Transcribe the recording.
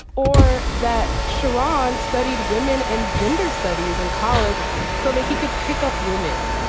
or that sharon studied women and gender studies in college so that he could pick up women.